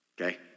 Okay